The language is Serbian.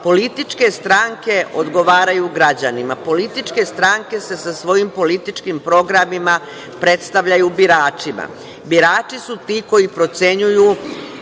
političke stranke odgovaraju građanima, političke stranke se sa svojim političkim programima predstavljaju biračima. Birači su ti koji procenjuju